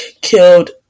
killed